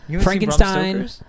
Frankenstein